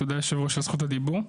תודה היושב-ראש על זכות הדיבור.